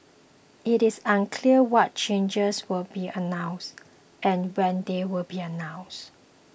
it is unclear what changes will be announced and when they will be announced